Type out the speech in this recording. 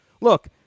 Look